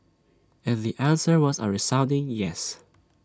and the answer was A resounding yes